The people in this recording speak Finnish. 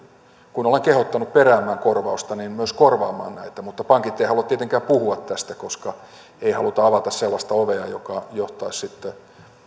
kun olen kehottanut peräämään korvausta myös korvaamaan näitä mutta pankit eivät halua tietenkään puhua tästä koska ei haluta avata sellaista ovea joka johtaisi sitten